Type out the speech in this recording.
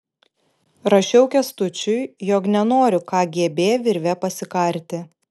rašiau kęstučiui jog nenoriu kgb virve pasikarti